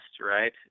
right